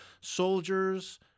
soldiers